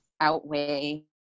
outweigh